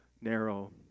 narrow